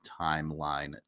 timeline